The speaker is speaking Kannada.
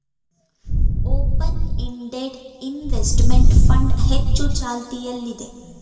ಓಪನ್ ಇಂಡೆಡ್ ಇನ್ವೆಸ್ತ್ಮೆಂಟ್ ಫಂಡ್ ಹೆಚ್ಚು ಚಾಲ್ತಿಯಲ್ಲಿದೆ